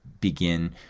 begin